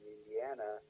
Indiana